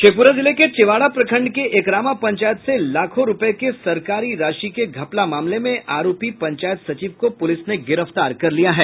शेखपुरा जिले के चेवाडा प्रखंड के एकरामा पंचायत से लाखों रुपये के सरकारी राशि के घपला मामले में आरोपी पंचायत सचिव को पुलिस ने गिरफ्तार कर लिया है